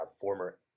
former